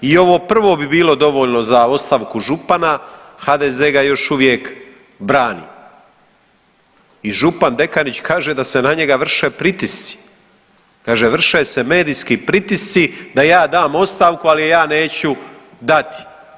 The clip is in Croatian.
I ovo prvo bi bilo dovoljno za ostavku župana, HDZ ga još uvijek brani i župan Dekanić kaže da se na njega vrše pritisci, kaže vrše se medijski pritisci da ja dam ostavku, ali je ja neću dati.